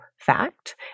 fact